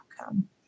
outcome